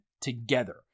together